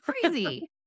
crazy